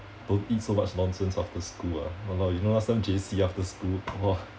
don't eat so much nonsense after school ah !walao! you know last time J_C after school !wah!